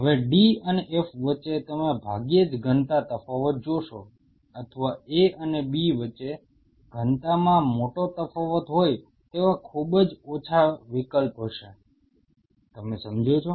હવે d અને f વચ્ચે તમે ભાગ્યે જ ઘનતા તફાવત જોશો અથવા A અને B વચ્ચે ઘનતામાં મોટો તફાવત હોય તેવા ખૂબ જ ઓછો વિકલ્પ હશે તમે સમજો છો